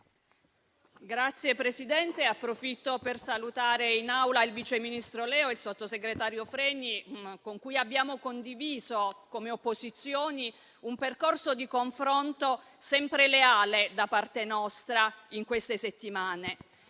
Signor Presidente, approfitto per salutare in Aula il vice ministro Leo e il sottosegretario Freni, con cui abbiamo condiviso, come opposizioni, un percorso di confronto sempre leale da parte nostra in queste settimane.